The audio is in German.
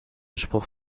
spruch